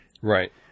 Right